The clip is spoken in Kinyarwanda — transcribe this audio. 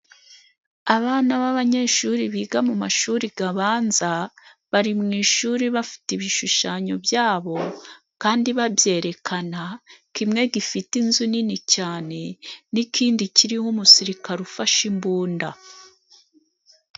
Abana b'abanyeshuri biga mu mashuri gabanza，bari mu ishuri bafite ibishushanyo byabo kandi babyerekana. Kimwe gifite inzu nini cyane n'ikindi kiriho umusirikare ufashe imbunda.